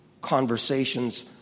conversations